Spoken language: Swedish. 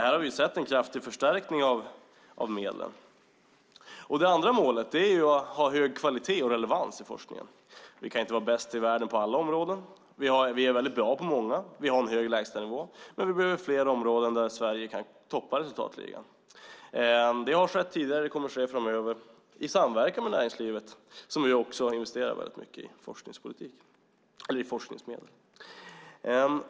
Här har vi sett en kraftig förstärkning av medlen. Det andra målet är hög kvalitet och relevans i forskningen. Vi kan inte vara bäst i världen på alla områden. Vi är väldigt bra på många områden, och vi har en hög lägstanivå, men vi behöver fler områden där Sverige kan toppa resultatligan. Det har skett tidigare och kommer också att ske framöver i samverkan med näringslivet som också har investerat väldigt mycket i forskningsmedel.